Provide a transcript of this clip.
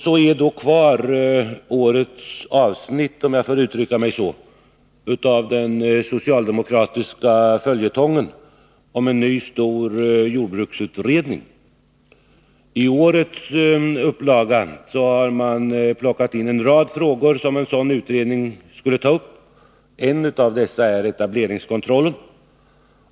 Så är då kvar årets avsnitt, om jag får uttrycka mig så, av den socialdemokratiska följetongen om en ny stor jordbruksutredning. I årets upplaga har man plockat in en rad frågor som en sådan utredning skulle ta upp. En av dessa är etableringskontrollen.